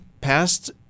past –